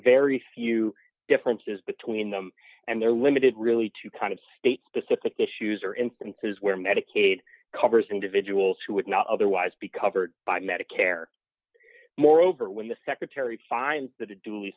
very few differences between them and their limited really to kind of state pacific issues or influences where medicaid covers individuals who would not otherwise be covered by medicare moreover when the secretary find the du